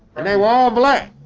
and they were all black.